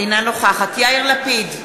אינה נוכחת יאיר לפיד,